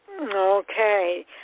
Okay